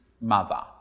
mother